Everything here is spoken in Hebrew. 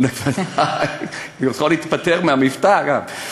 אני יכול להיפטר מהמבטא גם.